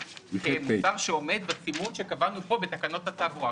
מוצר שעומד בסימון שקבענו פה בתקנות התעבורה.